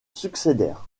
succédèrent